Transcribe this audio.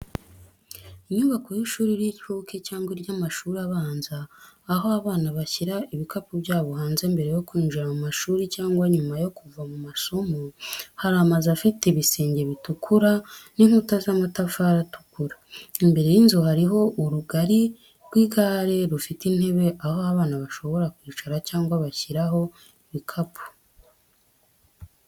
Inyubako y’ishuri ry’inshuke cyangwa iry’amashuri abanza, aho abana bashyira ibikapu byabo hanze mbere yo kwinjira mu mashuri cyangwa nyuma yo kuva mu masomo. Hari amazu afite ibisenge bitukura n'inkuta z'amatafari atukura. Imbere y’inzu hariho urugari rw’igare rufite intebe aho abana bashobora kwicara cyangwa bashyiraho ibikapu.